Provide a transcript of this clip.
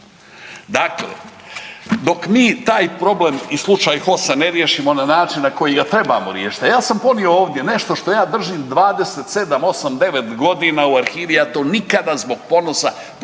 Dakle, dok mi taj problem i slučaj HOS-a ne riješimo na način na koji ga trebamo riješiti, a ja sam ponio ovdje nešto što ja držim 27, osam, devet godina u arhivi ja to nikada zbog ponosa pokazao